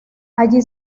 allí